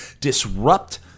disrupt